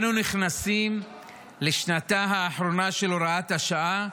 אנו נכנסים לשנתה האחרונה של הוראת השעה,